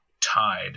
tied